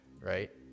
right